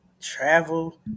Travel